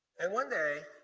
and one day,